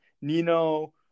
Nino